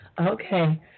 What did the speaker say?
Okay